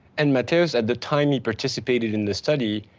and mathias at the time he participated in this study,